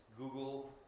Google